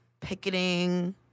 picketing